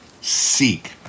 seek